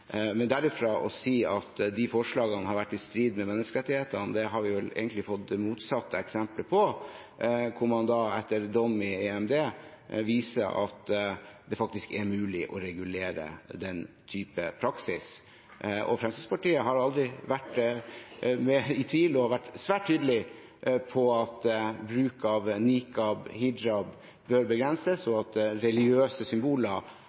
Men derfra til å si at de forslagene har vært i strid med menneskerettighetene – vi har vel egentlig fått motsatt eksempel på det, siden man ved dom i Den europeiske menneskerettsdomstol viser at det faktisk er mulig å regulere den typen praksis. Fremskrittspartiet har aldri vært i tvil, og har vært svært tydelig på at bruk av nikab og hijab bør begrenses, og at religiøse symboler